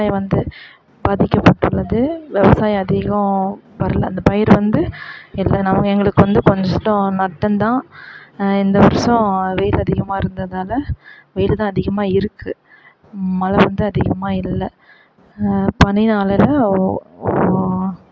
விவசாயம் வந்து பாதிக்கப்பட்டுள்ளது விவசாயம் அதிகம் வரல அந்த பயிர் வந்து எல்லாம் நாளும் எங்களுக்கு வந்து கொஞ்சம் நஷ்டம் நஷ்டம் தான் இந்த வருஷம் வெயில் அதிகமாக இருந்ததால் வெயில் தான் அதிகமாக இருக்குது மழை வந்து அதிகமாக இல்லை பனிநாளில் ஓ